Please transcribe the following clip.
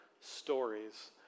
stories